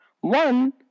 One